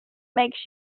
makes